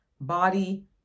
body